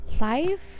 life